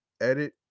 edit